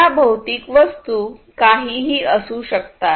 या भौतिक वस्तू काहीही असू शकतात